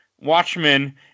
Watchmen